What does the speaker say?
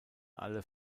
alle